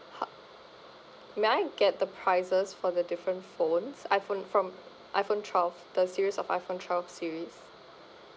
ho~ may I get the prices for the different phones iphone from iphone twelve the series of iphone twelve series